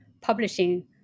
publishing